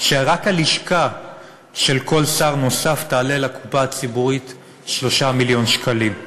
רק הלשכה של כל שר נוסף תעלה לקופה הציבורית 3 מיליון שקלים.